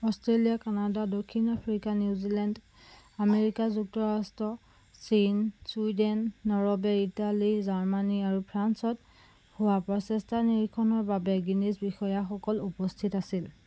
Australia Canada দক্ষিণ Africa New Zealand America যুক্তৰাষ্ট্ৰ চীন ছুইডেন নৰৱে' ইটালী জাৰ্মানী আৰু ফ্ৰান্সত হোৱা প্ৰচেষ্টা নিৰীক্ষণৰ বাবে গিনিজ বিষয়াসকল উপস্থিত আছিল